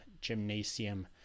gymnasium